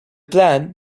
plan